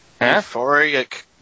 euphoric